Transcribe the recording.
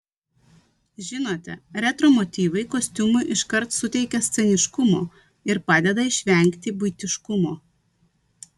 žinote retro motyvai kostiumui iškart suteikia sceniškumo ir padeda išvengti buitiškumo